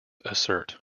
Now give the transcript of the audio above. assert